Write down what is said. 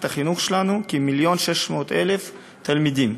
החינוך שלנו כמיליון ו-600,000 תלמידים,